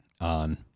on